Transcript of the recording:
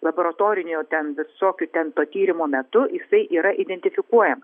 laboratorinio ten visokių ten to tyrimo metu jisai yra identifikuojama